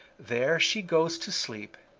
there she goes to sleep,